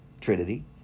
trinity